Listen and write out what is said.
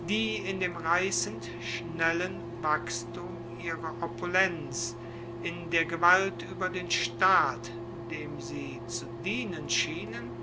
die in dem reissend schnellen wachstum ihrer opulenz in der gewalt ueber den staat dem sie zu dienen schienen